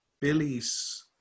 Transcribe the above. Billy's